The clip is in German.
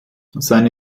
seine